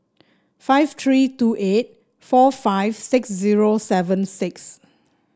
five three two eight four five six zero seven six